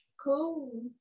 Cool